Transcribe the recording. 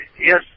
Yes